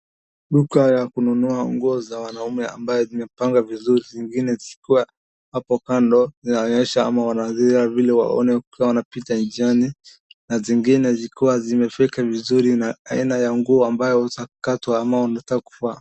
Duka ya kununua nguo za wanaume ambayo zimepanga vizuri. zingine zilikuwa hapo kando zinaonyesha ama wanaonyesha vile wao wanapita njiani na zingine zilikuwa zimefika vizuri na aina ya nguo ambayo utakatwa ama unataka kuvaa.